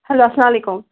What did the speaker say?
hello اسَلام علیکم